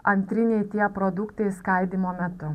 antriniai tie produktai skaidymo metu